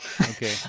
Okay